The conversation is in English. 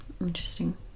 Interesting